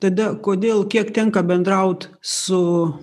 tada kodėl kiek tenka bendraut su